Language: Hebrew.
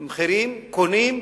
קונים,